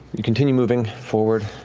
you continue moving forward,